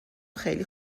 خیلی